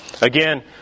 Again